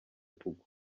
kugwa